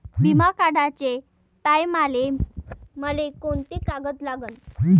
बिमा काढाचे टायमाले मले कोंते कागद लागन?